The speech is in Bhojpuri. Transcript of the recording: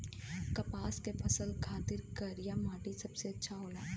कपास के फसल खातिर करिया मट्टी बहुते अच्छा होला